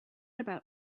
about